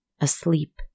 asleep